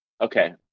okay